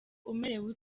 umerewe